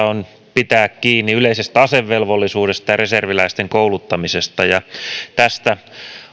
on pitää kiinni siitä perusasiasta yleisestä asevelvollisuudesta ja reserviläisten kouluttamisesta